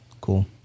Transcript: cool